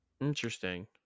Interesting